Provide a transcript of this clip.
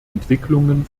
entwicklungen